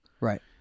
Right